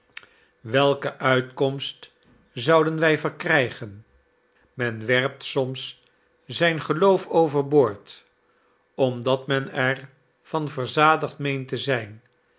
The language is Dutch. welke uitkomst zouden wij verkrijgen men werpt soms zijn geloof over boord omdat men er van verzadigd meent te zijn